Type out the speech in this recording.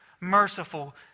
merciful